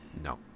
no